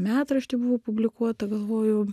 metrašty buvo publikuota galvojau